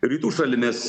ir rytų šalimis